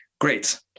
great